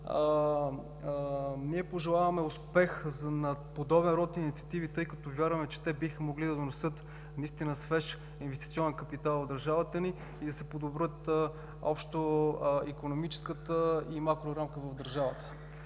ние пожелаваме успех на подобен род инициативи, тъй като вярваме, че те биха могли да донесат наистина свеж инвестиционен капитал в държавата ни и да се подобрят общо икономическата и макрорамката в държавата.